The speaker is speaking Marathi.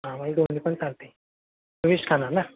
आम्हाला दोन्ही पण चालतं आहे तू व्हेज खाणार ना